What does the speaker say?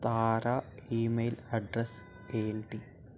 తారా email address ఏంటి